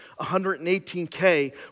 118K